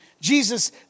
Jesus